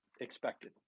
expected